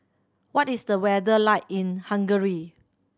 what is the weather like in Hungary